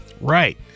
Right